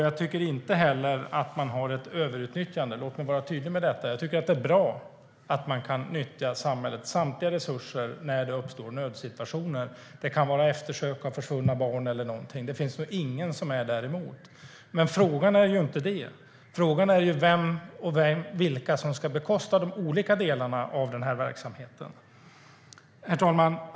Jag tycker inte heller att det finns ett överutnyttjande. Låt mig vara tydlig med det. Jag tycker att det är bra att man kan nyttja samhällets samtliga resurser när det uppstår nödsituationer. Det kan handla om att söka efter försvunna barn eller liknande. Det finns väl ingen som är däremot? Men det är inte detta som den här frågan handlar om. Frågan är ju vem som ska bekosta de olika delarna av verksamheten. Herr talman!